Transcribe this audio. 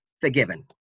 forgiven